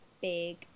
big